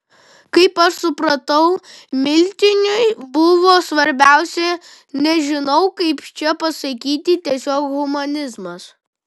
kaip aš supratau miltiniui buvo svarbiausia nežinau kaip čia pasakyti tiesiog humanizmas